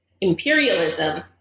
imperialism